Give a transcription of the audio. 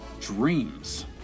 dreams